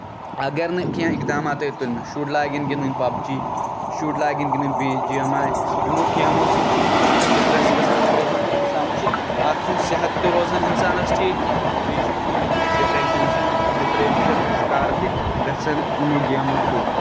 اَگر نہٕ کیٚنٛہہ اِقدامات آیہِ تُلنہٕ شُرۍ لاگن گِندٕنۍ پب جی شُرۍ لاگن گِندٕنۍ بیٚیہِ گیمہٕ یِمو گیمو سۭتۍ چھُ اِنسانَس ڈِپریس گژھان ڈِپریشن تہٕ اِنسان چھُ اَتھ چھُنہٕ صحت تہِ روزان اِنسانَس ٹھیٖک کیٚنٛہہ بیٚیہِ چھِ شُرۍ ڈِپریشنس منٛز ڈِپریشَنُک شِکار تہِ گژھان یِمو گیمو سۭتۍ